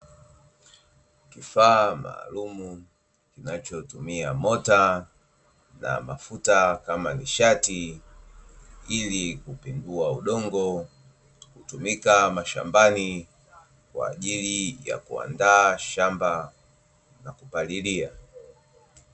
Kifaa maalumu kinachotumia mota na mafuta kama nishati ili kupindua udongo, hutumika mashambani kwaajili ya kuandaa shamba na kupalilia.